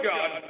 God